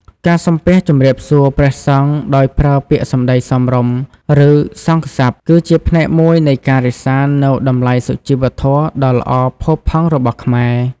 ការសំពះជម្រាបសួរព្រះសង្ឃដោយប្រើពាក្យសម្តីសមរម្យ ឬ សង្ឃសព្ទ គឺជាផ្នែកមួយនៃការរក្សានូវតម្លៃសុជីវធម៌ដ៏ល្អផូរផង់របស់ខ្មែរ។